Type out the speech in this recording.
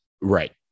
Right